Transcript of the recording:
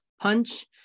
punch